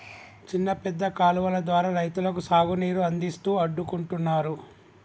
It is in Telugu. చిన్న పెద్ద కాలువలు ద్వారా రైతులకు సాగు నీరు అందిస్తూ అడ్డుకుంటున్నారు